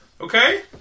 okay